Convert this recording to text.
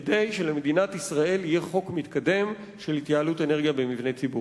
כדי שלמדינת ישראל יהיה חוק מתקדם של התייעלות אנרגיה במבני ציבור.